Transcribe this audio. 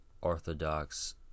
Orthodox